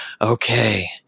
Okay